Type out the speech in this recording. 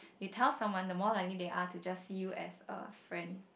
you tell someone the more likely they are to just see you as a friend